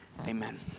Amen